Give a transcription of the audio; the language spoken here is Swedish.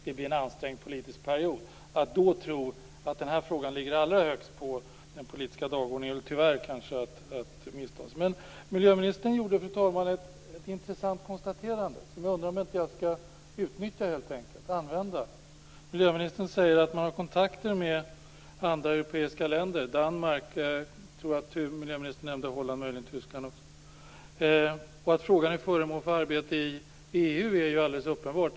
Det blir en ansträngd politisk period. Att tro att den här frågan då ligger allra högst på den politiska dagordningen är nog att missta sig. Fru talman! Miljöministern gjorde ett intressant konstaterande. Hon sade att man hade kontakt med andra europeiska länder, Danmark, Holland och möjligen Tyskland. Att frågan är föremål för behandling i EU är alldeles uppenbart.